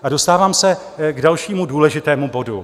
A dostávám se k dalšímu důležitému bodu.